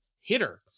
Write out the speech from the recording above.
hitter